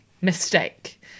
mistake